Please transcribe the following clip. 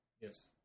Yes